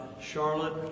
Charlotte